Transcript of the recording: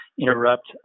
interrupt